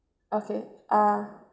okay err